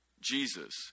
Jesus